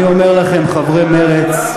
אני אומר לכם, חברי מרצ: